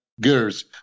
girls